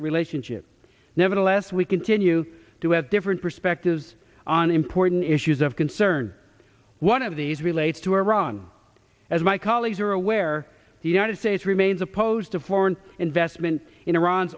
relationship nevertheless we continue to have different perspectives on important issues of concern one of these relates to iran as my colleagues are aware the united states remains opposed to foreign investment in iran